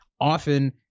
often